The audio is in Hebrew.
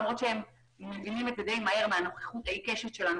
למרות שהם מבינים את זה די מהר מהנוכחות העיקשת שלנו